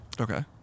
Okay